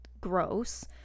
gross